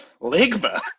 Ligma